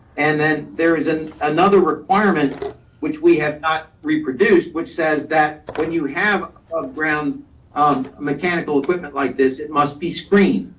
and then there is another requirement which we have not reproduced, which says that when you have a brown ah mechanical equipment like this, it must be screened.